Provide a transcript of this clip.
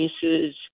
cases